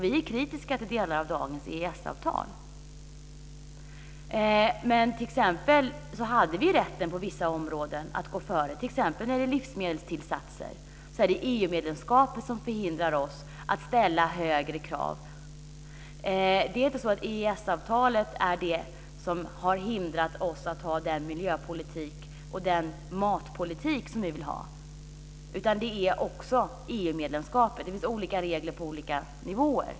Vi är kritiska till delar av dagens EES-avtal. Vi hade dock rätten att gå före på vissa områden, t.ex. när det gäller livsmedelstillsatser. Där är det EU medlemskapet som hindrar oss att ställa högre krav. Det är inte EES-avtalet som har hindrat oss att ha den miljöpolitik och den matpolitik som vi vill ha utan det är också EU-medlemskapet. Det finns olika regler på olika nivåer.